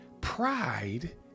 Pride